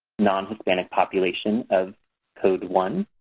non-hispanic population of code one,